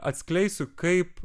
atskleisiu kaip